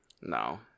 No